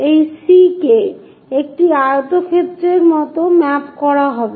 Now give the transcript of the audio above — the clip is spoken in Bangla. এই C কে একটি আয়তক্ষেত্রের মত ম্যাপ করা হবে